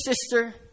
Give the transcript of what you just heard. sister